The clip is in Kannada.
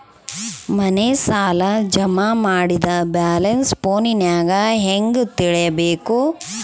ಮನೆ ಸಾಲ ಜಮಾ ಮಾಡಿದ ಬ್ಯಾಲೆನ್ಸ್ ಫೋನಿನಾಗ ಹೆಂಗ ತಿಳೇಬೇಕು?